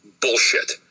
Bullshit